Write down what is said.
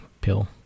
pill